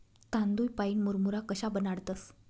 तांदूय पाईन मुरमुरा कशा बनाडतंस?